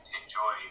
enjoy